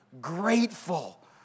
grateful